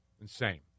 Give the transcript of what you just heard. Insane